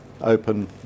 open